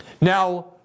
Now